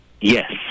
Yes